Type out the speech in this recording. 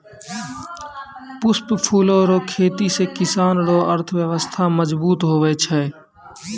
पुष्प फूलो रो खेती से किसान रो अर्थव्यबस्था मजगुत हुवै छै